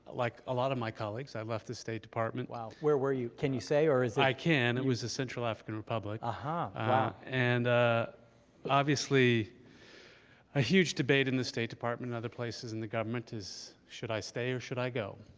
like a lot of my colleagues i've left the state department. wow, where were you? can you say, or is it? i can, it was the central african republic. ah and ah obviously a huge debate in the state department, and other places in the government, is should i stay or should i go?